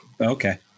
Okay